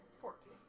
Fourteen